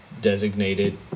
designated